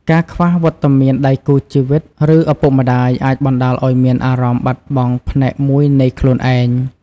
ការខ្វះវត្តមានដៃគូជីវិត ឬឪពុកម្ដាយ អាចបណ្ដាលឲ្យមានអារម្មណ៍បាត់បង់ផ្នែកមួយនៃខ្លួនឯង។